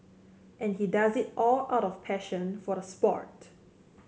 and he does it all out of passion for the sport